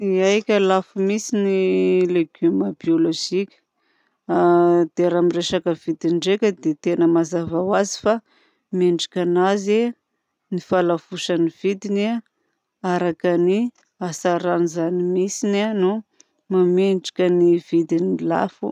Aika lafo mihitsy ny legioma biolojika dia raha amin'ny resaka vidiny ndraika dia tena mazava ho azy mendrika ho azy ny fahalafosan'ny vidiny araka ny hatsarany zany mihitsy no mahamendrika ny vidiny lafo.